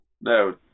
No